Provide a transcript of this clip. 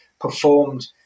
performed